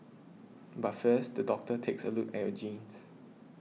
but first the doctor takes a look at your genes